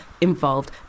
involved